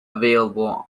available